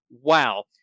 Wow